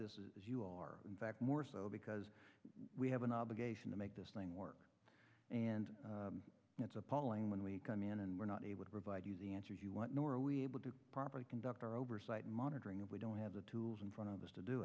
as you are in fact more so because we have an obligation to make this thing work and it's appalling when we come in and we're not able to provide using answer you want nor are we able to properly conduct our oversight monitoring of we don't have the tools in front of us to do